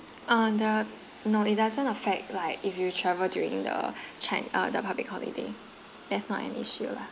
uh the no it doesn't affect like if you travel during the chi~ uh the public holiday that's not an issue lah